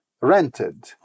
rented